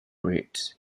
route